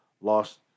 lost